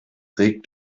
regt